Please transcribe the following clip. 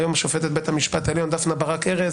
היום שופטת בית המשפט העליון דפנה ברק ארז